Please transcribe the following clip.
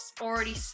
already